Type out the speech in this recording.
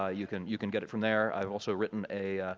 ah you can you can get it from there. i've also written a,